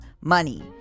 money